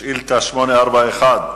שאילתא 841,